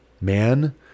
man